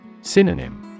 Synonym